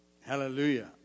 hallelujah